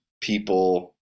people